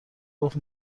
گفت